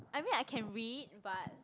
I mean I can read but